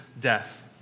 death